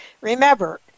Remember